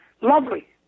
lovely